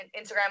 Instagram